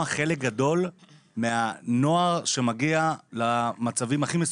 חלק גדול מהנוער שמגיע למצבים הכי מסוכנים,